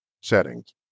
settings